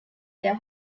their